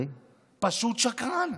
פשוט שקרן.